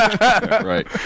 Right